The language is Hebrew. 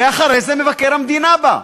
ואחרי זה מבקר המדינה בא,